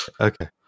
Okay